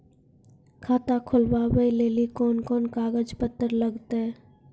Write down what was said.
खाता खोलबाबय लेली कोंन कोंन कागज पत्तर लगतै?